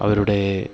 അവരുടെ